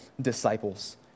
disciples